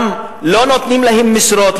גם לא נותנים להם משרות,